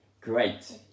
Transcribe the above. Great